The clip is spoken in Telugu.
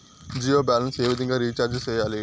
జియో బ్యాలెన్స్ ఏ విధంగా రీచార్జి సేయాలి?